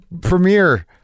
premiere